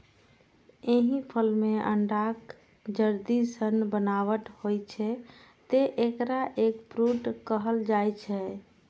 एहि फल मे अंडाक जर्दी सन बनावट होइ छै, तें एकरा एग फ्रूट कहल जाइ छै